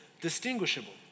distinguishable